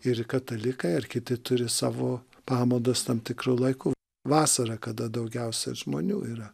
ir katalikai ar kiti turi savo pamaldas tam tikru laiku vasarą kada daugiausia žmonių yra